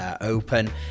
open